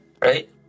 right